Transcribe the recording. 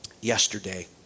yesterday